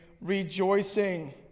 rejoicing